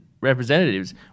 Representatives